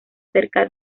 cerca